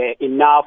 enough